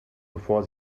bevor